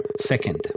second